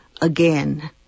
again